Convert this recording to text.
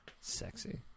Sexy